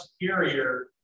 superior